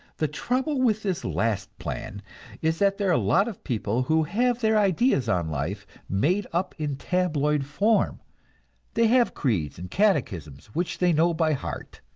the trouble with this last plan is that there are a lot of people who have their ideas on life made up in tabloid form they have creeds and catechisms which they know by heart,